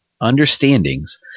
understandings